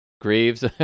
Graves